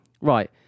Right